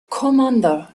commander